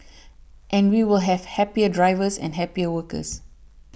and we will have happier drivers and happier workers